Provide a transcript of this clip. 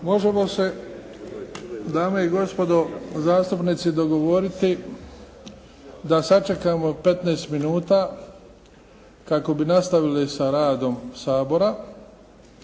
Možemo se dame i gospodo zastupnici dogovoriti da sačekamo 15 minuta kako bi nastavili sa radom Sabora,